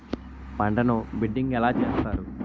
పంటను బిడ్డింగ్ ఎలా చేస్తారు?